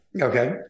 Okay